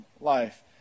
life